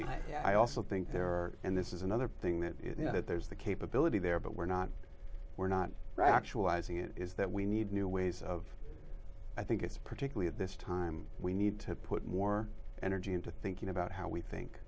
me i also think there are and this is another thing that you know that there's the capability there but we're not we're not right actualizing it is that we need new ways of i think it's particularly at this time we need to put more energy into thinking about how we think